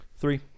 Three